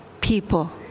people